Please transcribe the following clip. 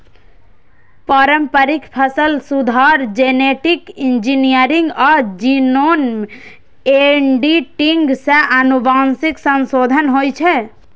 पारंपरिक फसल सुधार, जेनेटिक इंजीनियरिंग आ जीनोम एडिटिंग सं आनुवंशिक संशोधन होइ छै